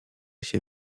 się